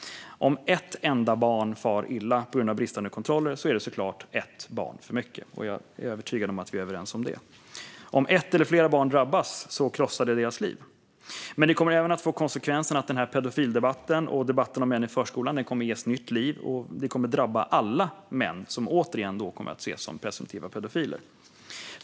Om ett enda barn far illa på grund av bristande kontroller är det såklart ett barn för mycket. Jag är övertygad om att vi är överens om det. Om ett eller flera barn drabbas krossar det deras liv. Men det kommer även att få konsekvensen att pedofildebatten och debatten om män i förskolan ges nytt liv, och det kommer att drabba alla män, som återigen kommer att ses som presumtiva pedofiler.